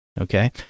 Okay